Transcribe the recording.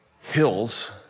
hills